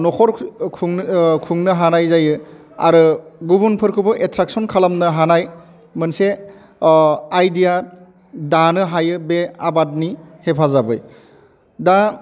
न'खर खुंनो हानाय जायो आरो गुबुनफोरखौबो एट्राकसन खालामनो हानाय मोनसे आइडिया दानो हायो बे आबादनि हेफाजाबै दा